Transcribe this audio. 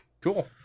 cool